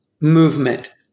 movement